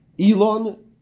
Elon